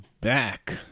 back